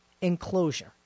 enclosure